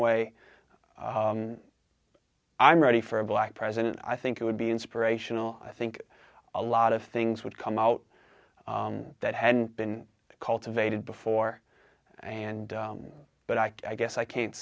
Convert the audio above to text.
way i'm ready for a black president i think it would be inspirational i think a lot of things would come out that hadn't been cultivated before and but i guess i can't